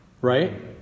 Right